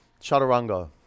Chaturanga